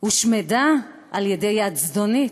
הושמדה על-ידי יד זדונית.